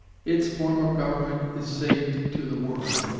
its form of government is saved to the world,